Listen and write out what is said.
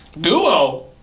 Duo